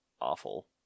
awful